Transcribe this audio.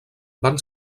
van